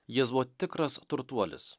jis buvo tikras turtuolis